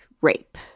rape